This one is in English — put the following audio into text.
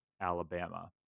Alabama